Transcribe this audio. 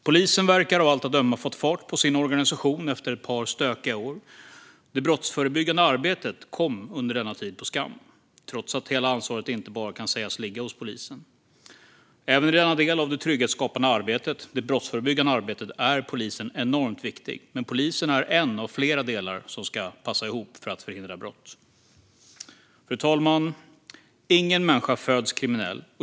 Polisen verkar av allt att döma ha fått fart på sin organisation efter ett par stökiga år. Det brottsförebyggande arbetet kom under denna tid på skam, trots att hela ansvaret inte kan sägas ligga bara hos polisen. Även i denna del av det trygghetsskapande arbetet, det brottsförebyggande arbetet, är polisen enormt viktig. Men polisen är en av flera delar som ska passa ihop för att förhindra brott. Fru talman! Ingen människa föds kriminell.